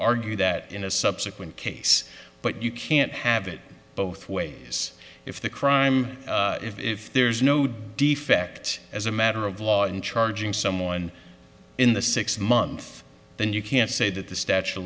that in a subsequent case but you can't have it both ways if the crime if there is no defect as a matter of law in charging someone in the six month then you can say that the statute of